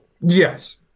Yes